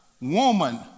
woman